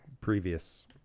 previous